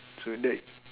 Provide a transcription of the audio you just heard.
so thats